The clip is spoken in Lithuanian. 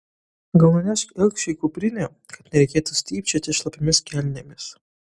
gal nunešk ilgšiui kuprinę kad nereikėtų stypčioti šlapiomis kelnėmis